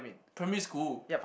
primary school